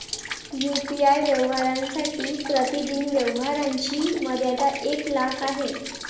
UPI व्यवहारांसाठी प्रतिदिन व्यवहारांची मर्यादा एक लाख आहे